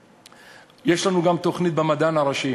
יש לנו גם תוכנית במדען הראשי